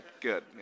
good